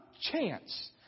chance